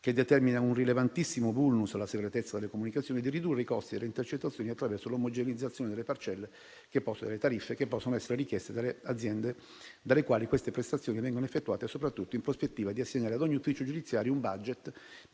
che determina un rilevantissimo *vulnus* alla segretezza delle comunicazioni; di ridurre i costi delle intercettazioni attraverso l'omogeneizzazione delle parcelle e delle tariffe, che possono essere richieste dalle aziende dalle quali queste prestazioni vengono effettuate, soprattutto in prospettiva di assegnare a ogni ufficio giudiziario un *budget*